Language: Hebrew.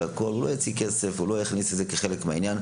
הוא לא יוציא כסף והוא לא יכניס זאת כחלק מהעניין.